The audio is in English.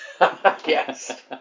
Yes